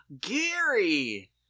Gary